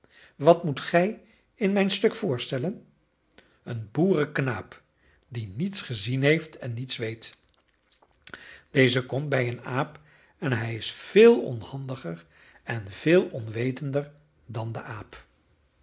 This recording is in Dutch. wat moet gij in mijn stuk voorstellen een boerenknaap die niets gezien heeft en niets weet deze komt bij een aap en hij is veel onhandiger en veel onwetender dan de aap